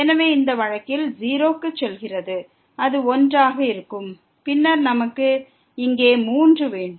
எனவே இந்த வழக்கில் 0 க்கு செல்கிறது அது 1 ஆக இருக்கும் பின்னர் நமக்கு இங்கே 3 வேண்டும்